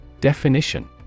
Definition